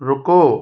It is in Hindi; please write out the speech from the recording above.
रुको